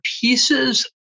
pieces